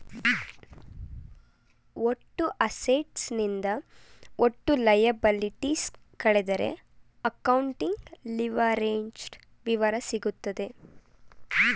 ಒಟ್ಟು ಅಸೆಟ್ಸ್ ನಿಂದ ಒಟ್ಟು ಲಯಬಲಿಟೀಸ್ ಕಳೆದರೆ ಅಕೌಂಟಿಂಗ್ ಲಿವರೇಜ್ಡ್ ವಿವರ ಸಿಗುತ್ತದೆ